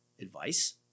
advice